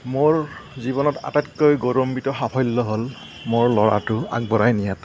মোৰ জীৱনত আটাইতকৈ গৌৰৱান্বিত সাফল্যতো হ'ল মোৰ ল'ৰাটো আগবঢ়াই নিয়াত